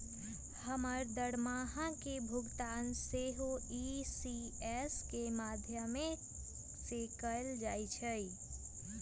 हमर दरमाहा के भुगतान सेहो इ.सी.एस के माध्यमें से कएल जाइ छइ